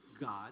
God